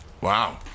Wow